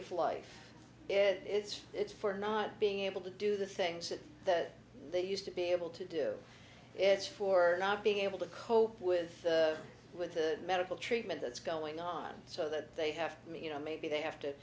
of life it's it's for not being able to do the things that they used to be able to do is for not being able to cope with with the medical treatment that's going on so that they have you know maybe they have to